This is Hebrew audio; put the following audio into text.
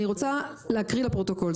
אני רוצה להקריא לפרוטוקול.